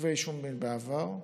כתבי אישום מאשר בעבר.